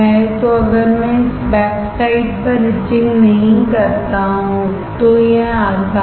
तो अगर मैं इस बैक साइड पर इचिंग नहीं करता तो यह आसान है